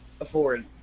afford